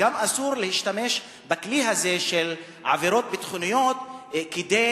וגם אסור להשתמש בכלי הזה של עבירות ביטחוניות כדי